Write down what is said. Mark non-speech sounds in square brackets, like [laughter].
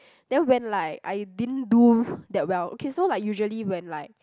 then when like I didn't do [breath] that well okay so like usually when like